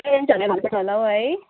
प्यारेन्सहरूलाई भनेको छ होला हौ है